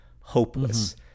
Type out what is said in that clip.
hopeless